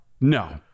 No